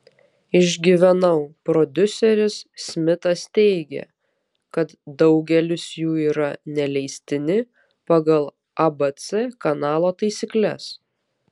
išgyvenau prodiuseris smitas teigia kad daugelis jų yra neleistini pagal abc kanalo taisykles